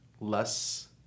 less